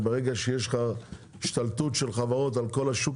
ברגע שיש השתלטות של חברות כמעט על כל השוק,